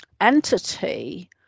entity